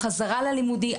החזרה ללימודים,